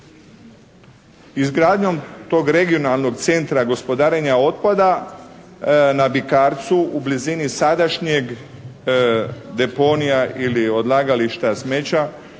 Izgradnjom tog regionalnog centra gospodarenja otpada na Bikarcu u blizini sadašnjeg deponija ili odlagališta smeća